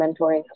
mentoring